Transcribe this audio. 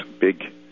big